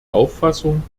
auffassung